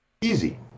easy